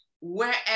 wherever